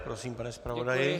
Prosím, pane zpravodaji.